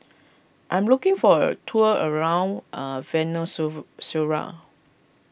I am looking for a tour around a Venezue Zuela